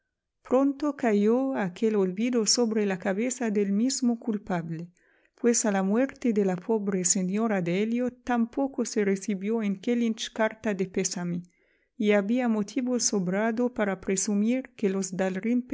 pronto cayó aquel olvido sobre la cabeza del mismo culpable pues a la muerte de la pobre señora de elliot tampoco se recibió en kellynch carta de pésame y había motivo sobrado para presumir que los